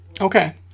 Okay